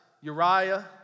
Uriah